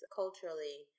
culturally